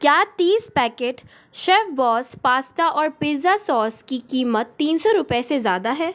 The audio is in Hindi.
क्या तीस पैकेट शेफ़बॉस पास्ता और पिज़्ज़ा सॉस की कीमत तीन सौ रुपये से ज़्यादा है